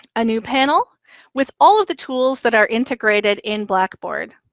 a new panel with all of the tools that are integrated in blackboard.